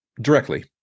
directly